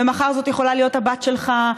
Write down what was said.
ומחר זאת יכולה להיות הבת שלך,